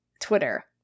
Twitter